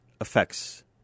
affects